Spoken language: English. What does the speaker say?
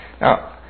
Now